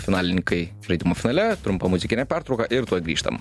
finalininkai žaidimo finale trumpa muzikinė pertrauka ir grįžtam